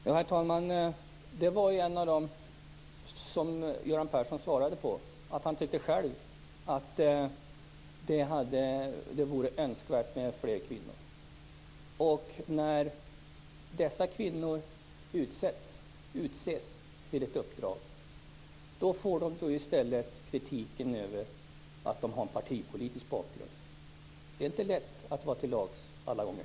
Herr talman! Det var ju en av de frågor som Göran Persson svarade på. Han tyckte själv att det vore önskvärt med fler kvinnor. När då kvinnor utses till ett uppdrag får de kritik för att de har en partipolitisk bakgrund. Det är inte lätt att vara till lags alla gånger.